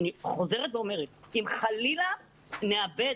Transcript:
אני חוזרת ואומרת, אם חלילה נאבד